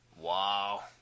Wow